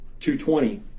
220